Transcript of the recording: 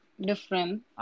Different